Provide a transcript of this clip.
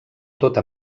tota